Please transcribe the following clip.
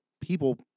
people